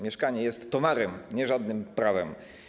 Mieszkanie jest towarem, nie żadnym prawem.